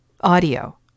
audio